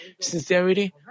sincerity